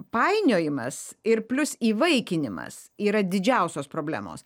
painiojimas ir plius įvaikinimas yra didžiausios problemos